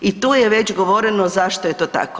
I tu je već govoreno zašto je to tako.